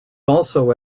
also